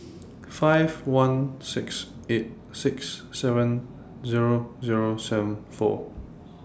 five one six eight six seven Zero Zero seven four